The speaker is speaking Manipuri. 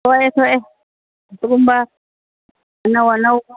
ꯊꯣꯛꯑꯦ ꯊꯣꯛꯑꯦ ꯁꯤꯒꯨꯝꯕ ꯑꯅꯧ ꯑꯅꯧꯕ